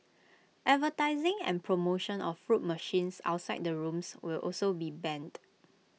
advertising and promotion of fruit machines outside the rooms will also be banned